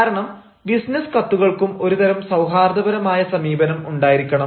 കാരണം ബിസിനസ്സ് കത്തുകൾക്കും ഒരുതരം സൌഹാർദ്ദപരമായ സമീപനം ഉണ്ടായിരിക്കണം